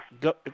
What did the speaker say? Go